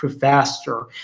faster